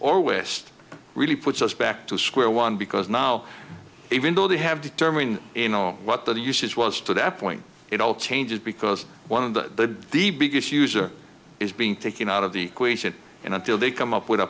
or west really puts us back to square one because now even though they have determined what the usage was to that point it all changes because one of the the biggest user is being taken out of the equation and until they come up with a